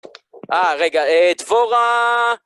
אה, רגע, אה, דבורה!